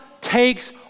takes